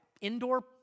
indoor